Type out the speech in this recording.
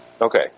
Okay